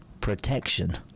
protection